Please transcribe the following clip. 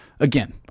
Again